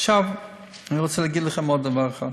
עכשיו אני רוצה להגיד לכם עוד דבר אחד: